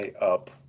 up